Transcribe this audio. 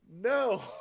No